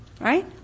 Right